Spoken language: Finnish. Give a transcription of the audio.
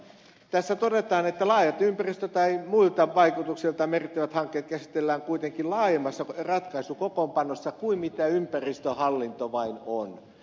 tässä todetaan että laajat ympäristö tai muilta vaikutuksiltaan merkittävät hankkeet käsitellään kuitenkin laajemmassa ratkaisukokoonpanossa kuin vain ympäristöhallinnossa